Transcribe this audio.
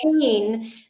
pain